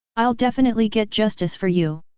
i'll definitely get justice for you!